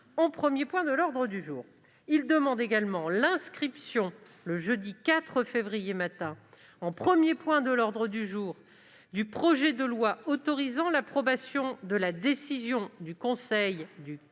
en premier point de l'ordre du jour. Le Gouvernement demande également l'inscription, le jeudi 4 février, matin, en premier point de l'ordre du jour, du projet de loi autorisant l'approbation de la décision du Conseil du 14